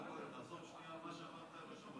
תחזור שנייה על מה שאמרת.